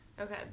Okay